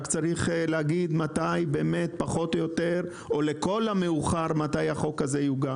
רק צריך להגיד מתי, לכל המאוחר, החוק הזה יוגש.